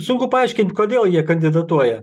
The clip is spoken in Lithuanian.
sunku paaiškint kodėl jie kandidatuoja